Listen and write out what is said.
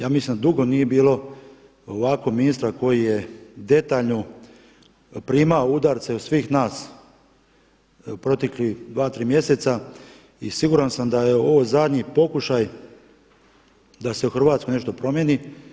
Ja mislim da dugo nije bilo ovakvog ministra koji je detaljno primao udarce od svih nas u proteklih dva, tri mjeseca, i siguran sam da je ovo zadnji pokušaj da se u Hrvatskoj nešto promijeni.